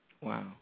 Wow